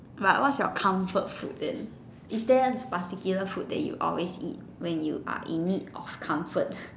but what's your comfort food than is there this particular food that you always eat when you are in need of comfort